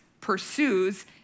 pursues